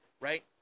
right